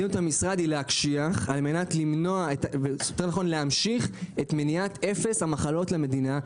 מדיניות המשרד היא להקשיח על מנת להמשיך את מניעת אפס המחלות למדינה,